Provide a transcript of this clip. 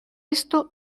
esto